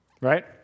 right